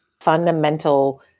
fundamental